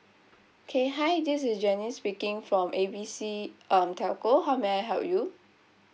okay hi this is jenny speaking from A B C um telco how may I help you